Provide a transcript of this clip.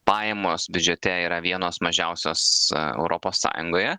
pajamos biudžete yra vienos mažiausios europos sąjungoje